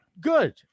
good